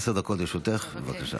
עשר דקות לרשותך, בבקשה.